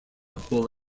hall